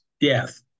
death